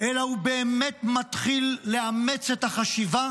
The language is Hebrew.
אלא הוא באמת מתחיל לאמץ את החשיבה